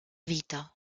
vita